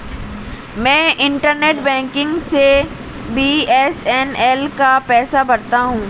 मैं internet banking से BSNL का पैसा भरता हूं